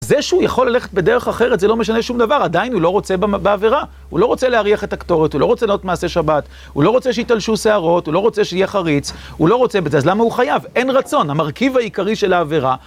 זה שהוא יכול ללכת בדרך אחרת, זה לא משנה שום דבר, עדיין הוא לא רוצה בעבירה. הוא לא רוצה להריח את הקטורת, הוא לא רוצה להיות מעשה שבת, הוא לא רוצה שיתלשו שערות, הוא לא רוצה שיהיה חריץ, הוא לא רוצה בזה, אז למה הוא חייב? אין רצון, המרכיב העיקרי של העבירה,